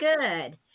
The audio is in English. good